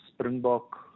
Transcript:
Springbok